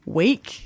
week